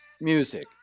music